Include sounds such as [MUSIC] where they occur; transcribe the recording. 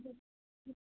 [UNINTELLIGIBLE]